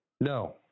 No